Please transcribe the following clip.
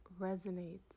resonates